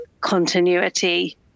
continuity